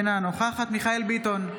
אינה נוכחת מיכאל מרדכי ביטון,